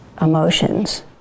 emotions